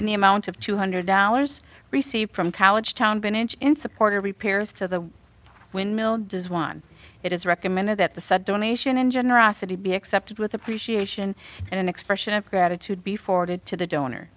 in the amount of two hundred dollars received from college town be an inch in support of repairs to the windmill does one it is recommended that the sub donation and generosity be accepted with appreciation and an expression of gratitude be forwarded to the donor